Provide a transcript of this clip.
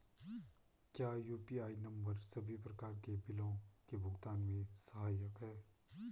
क्या UPI number सभी प्रकार के बिलों के भुगतान में सहायक हैं?